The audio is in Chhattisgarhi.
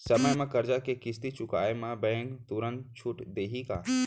समय म करजा के किस्ती चुकोय म बैंक तुरंत छूट देहि का?